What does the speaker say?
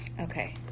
okay